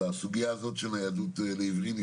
הסוגיה הזאת של ניידות לעיוורים היא